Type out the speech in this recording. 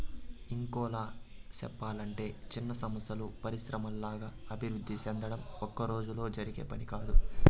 ఇంకోలా సెప్పలంటే చిన్న సంస్థలు పరిశ్రమల్లాగా అభివృద్ధి సెందడం ఒక్కరోజులో జరిగే పని కాదు